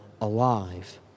Alive